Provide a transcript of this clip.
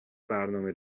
برنامه